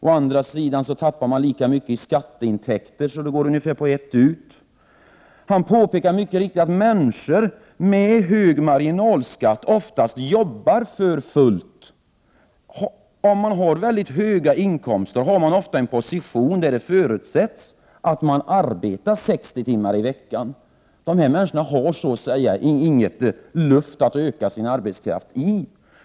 Å andra sidan tappar man lika mycket i skatteintäkter, så det går ungefär jämnt upp. I den undersökningen påpekas mycket riktigt att människor med hög marginalskatt oftast jobbar för fullt. Om man har mycket höga inkomster har man ofta en position där det förutsätts att man arbetar 60 timmar i veckan. De människorna har så att säga inget utrymme för att öka sitt arbetskraftsutbud.